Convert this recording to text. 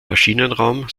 maschinenraum